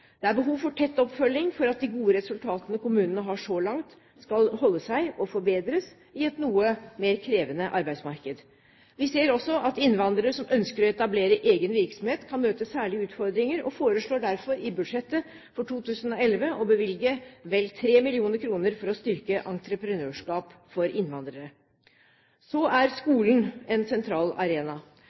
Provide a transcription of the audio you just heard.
Det er behov for tett oppfølging for at de gode resultatene kommunene har så langt, skal holde seg og forbedres i et noe mer krevende arbeidsmarked. Vi ser også at innvandrere som ønsker å etablere egen virksomhet, kan møte særlige utfordringer, og vi foreslår derfor i budsjettet for 2011 å bevilge vel 3 mill. kr for å styrke entreprenørskap for innvandrere. Skolen er en sentral arena.